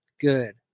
good